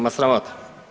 Ma sramota.